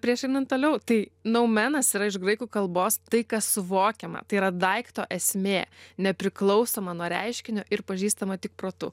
prieš einant toliau tai noumenas yra iš graikų kalbos tai kas suvokiama tai yra daikto esmė nepriklausoma nuo reiškinio ir pažįstama tik protu